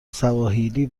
سواحیلی